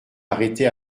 arrêtée